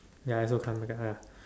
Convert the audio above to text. ya I don't come back ah ya ya